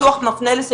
את אומרת את זה כל